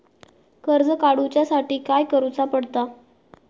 कर्ज काडूच्या साठी काय करुचा पडता?